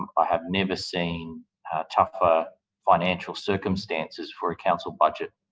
um i have never seen tougher financial circumstances for a council budget.